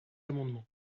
amendement